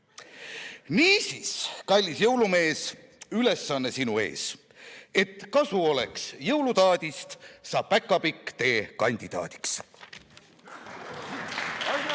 Niisiis, kallis jõulumees, ülesanne sinu ees, et kasu oleks jõulutaadist, sa päkapikk tee kandidaadiks.